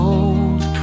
old